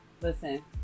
Listen